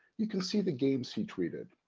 you can see the games he treatised.